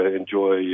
enjoy